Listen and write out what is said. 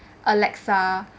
alexa